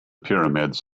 pyramids